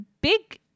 big